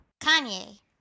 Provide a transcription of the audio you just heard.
Kanye